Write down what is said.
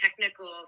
technical